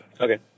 Okay